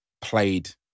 played